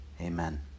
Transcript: Amen